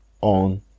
on